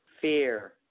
fear